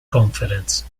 conference